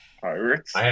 pirates